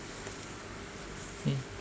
mm